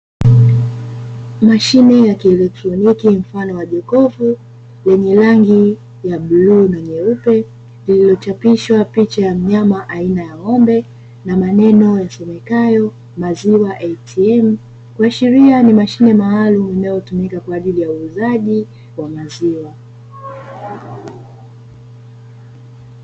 Mashine ya kielektroniki mfano wa jokovu lenye rangi ya bluu na nyeupe, lililochapishwa picha ya mnyama aina ya ng'ombe na maneno yasomekayo maziwa "ATM" kuashiria ni mashine maalumu inayotuma kwa ajili ya uuzaji wa maziwa.